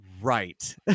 right